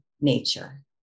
nature